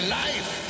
life